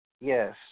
Yes